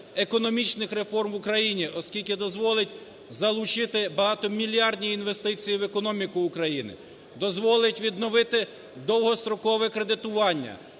економічних реформ в Україні, оскільки дозволить залучити багатомільярдні інвестиції в економіку України, дозволить відновити довгострокове кредитування,